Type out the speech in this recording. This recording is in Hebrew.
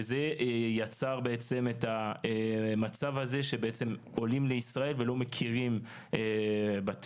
וזה יצר בעצם את המצב הזה שבעצם עולים לישראל ולא מכירים בתעודה.